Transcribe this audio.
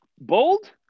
Bold